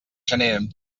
gener